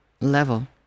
level